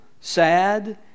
sad